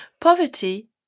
Poverty